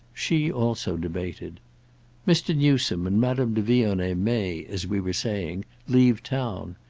she also debated mr. newsome and madame de vionnet may, as we were saying, leave town.